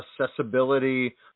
accessibility